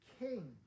king